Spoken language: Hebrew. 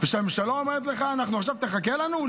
והממשלה אומרת לך: עכשיו תחכה לנו?